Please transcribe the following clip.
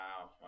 Wow